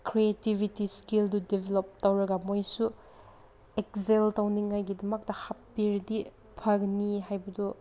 creativity ꯏꯁꯀꯤꯜꯗꯣ develop ꯇꯧꯔꯒ ꯃꯣꯏꯁꯨ ꯑꯦꯛꯖꯦꯜ ꯇꯧꯅꯤꯡꯉꯥꯏꯒꯤꯗꯃꯛꯇ ꯍꯥꯞꯄꯤꯔꯗꯤ ꯐꯒꯅꯤ ꯍꯥꯏꯕꯗꯣ